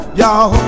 y'all